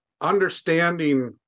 understanding